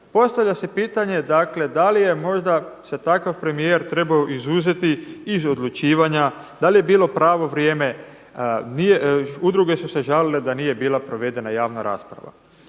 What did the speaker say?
postavlja se pitanje da li je možda se takav premijer trebao izuzeti iz odlučivanja, da li je bilo pravo vrijeme. Udruge su se žalile da nije bila provedena javna rasprava.